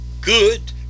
good